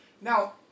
Now